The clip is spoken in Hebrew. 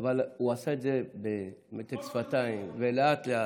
אבל הוא עשה את זה במתק שפתיים ולאט-לאט.